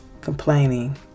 complaining